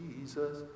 Jesus